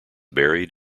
buried